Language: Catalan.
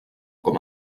com